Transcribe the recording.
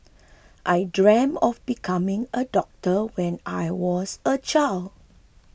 I dreamt of becoming a doctor when I was a child